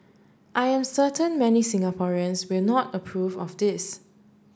I'm certain many Singaporeans will not approve of this